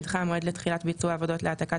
נדחה המועד לתחילת ביצוע העבודות להעתקת